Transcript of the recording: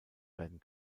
werden